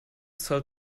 sell